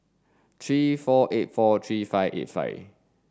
three four eight four three five eight five